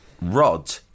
Rod